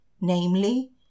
namely